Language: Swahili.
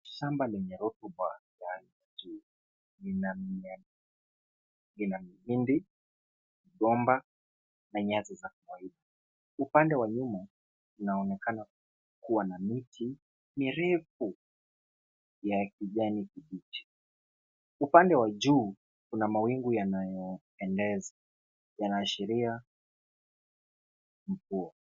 Shamba lenye rotuba ya hali ya juu, lina mahindi, migomba na nyasi za kawaida. Upande wa nyuma kunaonekana kuwa na miti mirefu ya kijani kibichi. Upande wa juu kuna mawingu yanayopendeza yanaashiria mvua.